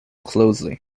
closely